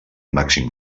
màxim